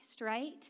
right